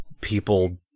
people